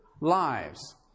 lives